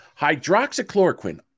hydroxychloroquine